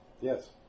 Yes